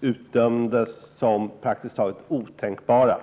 utdömdes som praktiskt taget otänkbara.